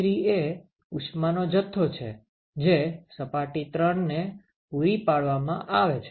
q3 એ ઉષ્માનો જથ્થો છે જે સપાટી 3ને પૂરી પાડવામાં આવે છે